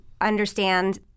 understand